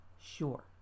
sure